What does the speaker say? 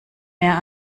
mehr